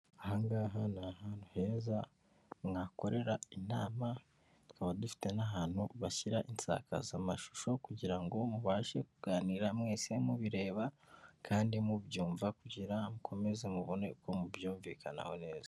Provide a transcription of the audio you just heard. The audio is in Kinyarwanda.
Aha ngaha ni ahantu heza mwakorera inama, tukaba dufite n'ahantu bashyira insakazamashusho kugira ngo mubashe kuganira mwese, mubireba kandi mubyumva, kugira mukomeze mubone uko mubyumvikanaho neza.